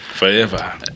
Forever